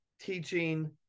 teaching